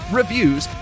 reviews